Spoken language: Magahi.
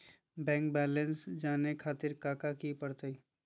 बैंक बैलेंस जाने खातिर काका करे पड़तई?